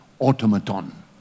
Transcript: Automaton